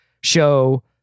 show